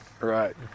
Right